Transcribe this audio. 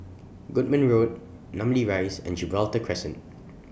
Goodman Road Namly Rise and Gibraltar Crescent